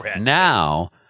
Now